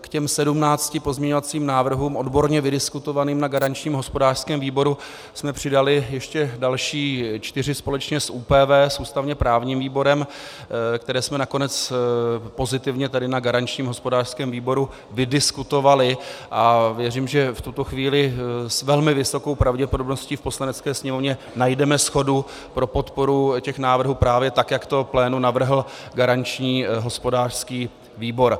k těm 17 pozměňovacím návrhům odborně vydiskutovaným na garančním hospodářském výboru jsme přidali ještě další čtyři společně s ústavněprávním výborem, které jsme nakonec pozitivně tedy na garančním hospodářském výboru vydiskutovali a věřím, že v tuto chvíli s velmi vysokou pravděpodobností v Poslanecké sněmovně najdeme shodu pro podporu těch návrhů právě tak, jak to plénu navrhl garanční hospodářský výbor.